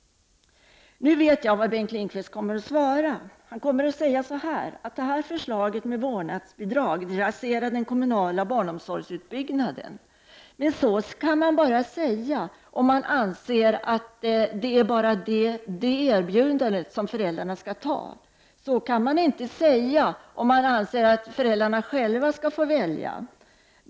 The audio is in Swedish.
Nu vet jag vad Bengt Lindqvist kommer att svara. Han kommer att säga att förslaget om vårdnadsbidrag raserar den kommunala barnomsorgsutbyggnaden. Men så kan man bara säga om man anser att det är endast det erbjudandet som föräldrarna skall anta. Så kan man inte säga om man anser att föräldrarna själva skall få välja.